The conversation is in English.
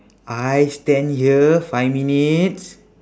I stand here five minutes